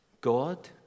God